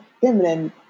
feminine